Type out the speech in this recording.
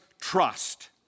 trust